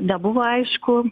nebuvo aišku